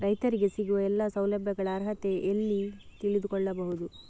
ರೈತರಿಗೆ ಸಿಗುವ ಎಲ್ಲಾ ಸೌಲಭ್ಯಗಳ ಅರ್ಹತೆ ಎಲ್ಲಿ ತಿಳಿದುಕೊಳ್ಳಬಹುದು?